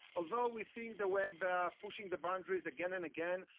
although we're seeing the web ah pushing the boundaries again and again.